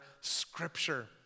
scripture